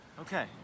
Okay